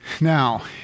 Now